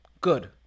Good